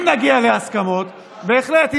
אם נגיע להסכמות, בהחלט.